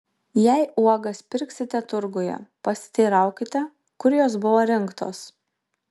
jei uogas pirksite turguje pasiteiraukite kur jos buvo rinktos